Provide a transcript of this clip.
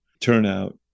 turnout